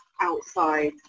outside